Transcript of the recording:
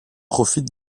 profite